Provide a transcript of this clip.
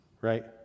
Right